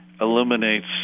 eliminates